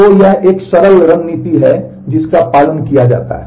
तो यह एक सरल रणनीति है जिसका पालन किया जाता है